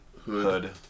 Hood